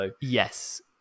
Yes